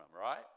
right